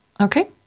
Okay